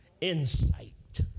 insight